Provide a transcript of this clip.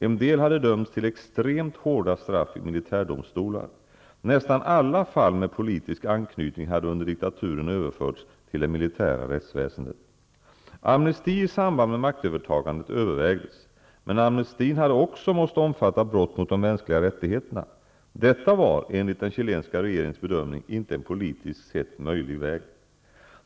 En del hade dömts till extremt hårda straff av militärdomstolar. Nästan alla fall med politisk anknytning hade under diktaturen överförts till det militära rättsväsendet. Amnesti i samband med maktövertagandet övervägdes. Men amnestin hade också måst omfatta brott mot de mänskliga rättigheterna. Detta var, enligt den chilenska regeringens bedömning, inte en politiskt sett möjlig väg.